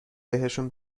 بهشون